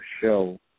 show